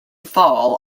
fall